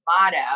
motto